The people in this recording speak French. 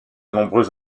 nombreux